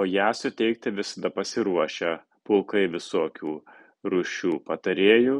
o ją suteikti visada pasiruošę pulkai visokių rūšių patarėjų